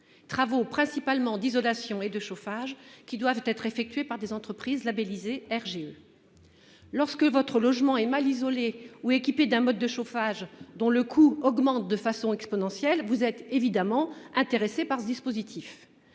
Travaux principalement d'isolation et de chauffage qui doivent être effectués par des entreprises labellisées Hergé. Lorsque votre logement est mal isolés ou équipé d'un mode de chauffage, dont le coût augmente de façon exponentielle. Vous êtes évidemment intéressés par ce dispositif.